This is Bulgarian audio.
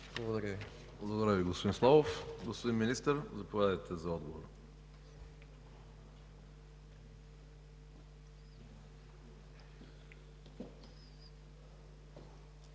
Благодаря Ви, господин Славов. Господин Министър, заповядайте за отговор.